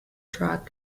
drug